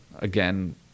again